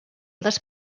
dels